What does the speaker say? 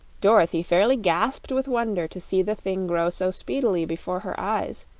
dorothy fairly gasped with wonder to see the thing grow so speedily before her eyes,